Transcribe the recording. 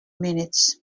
minutes